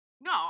no